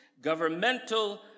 governmental